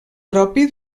propi